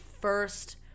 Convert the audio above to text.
first